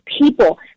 people